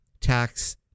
tax